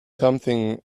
something